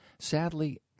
Sadly